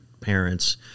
parents